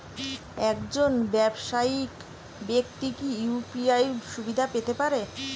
একজন ব্যাবসায়িক ব্যাক্তি কি ইউ.পি.আই সুবিধা পেতে পারে?